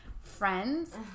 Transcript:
friends